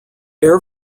air